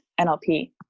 NLP